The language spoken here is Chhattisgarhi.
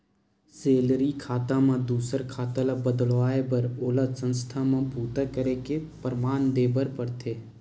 सेलरी खाता म दूसर खाता ल बदलवाए बर ओला संस्था म बूता करे के परमान देबर परथे